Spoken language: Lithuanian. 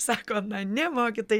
sako na ne mokytojai